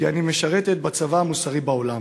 כי אני משרתת בצבא המוסרי בעולם.